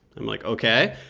i'm, like, ok.